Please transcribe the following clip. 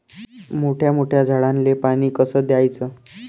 मोठ्या मोठ्या झाडांले पानी कस द्याचं?